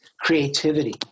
creativity